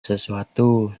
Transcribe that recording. sesuatu